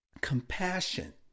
compassion